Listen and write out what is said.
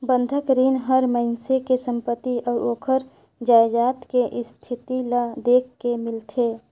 बंधक रीन हर मइनसे के संपति अउ ओखर जायदाद के इस्थिति ल देख के मिलथे